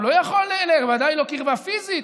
ודאי לא קרבה פיזית.